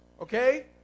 Okay